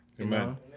Amen